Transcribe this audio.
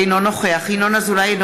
אינו נוכח ינון אזולאי,